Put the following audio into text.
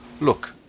Look